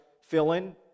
fill-in